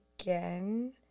again